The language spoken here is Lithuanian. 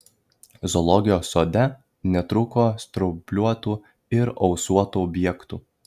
zoologijos sode netrūko straubliuotų ir ausuotų objektų